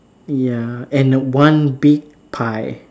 ya and uh one big pie